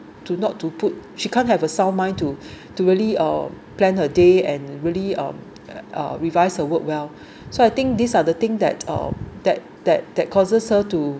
to not to put she can't have a sound mind to really uh plan her day and really uh uh revise her work well so I think these are the thing that um that that that causes her to